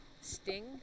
Sting